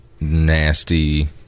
nasty